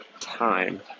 time